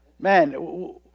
man